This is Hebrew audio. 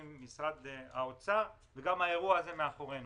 ושל משרד האוצר וגם האירוע הזה מאחורינו.